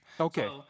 Okay